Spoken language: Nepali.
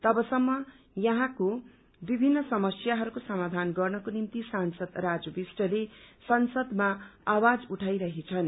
तबसम्म यहाँको विभिन्न समस्याहरूको समाधान गर्नको निम्ति सांसद राजू विष्टले संसदमा आवाज उठाई रहेछन्